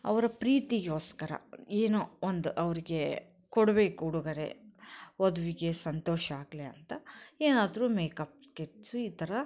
ಅವರ ಪ್ರೀತಿಗೋಸ್ಕರ ಏನೋ ಒಂದು ಅವ್ರಿಗೆ ಕೊಡ್ಬೇಕು ಉಡುಗೊರೆ ವಧುವಿಗೆ ಸಂತೋಷ ಆಗಲಿ ಅಂತ ಏನಾದರೂ ಮೇಕಪ್ ಕಿಟ್ಸು ಈ ಥರ